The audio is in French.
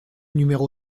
numéro